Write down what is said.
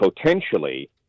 potentially